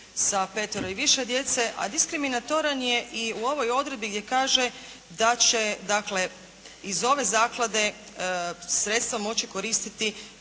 sa petero i više djece, a diskriminatoran je i u ovoj odredbi da će, dakle iz ove zaklade sredstva moći koristiti